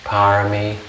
Parami